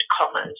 commas